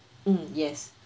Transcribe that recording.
mm yes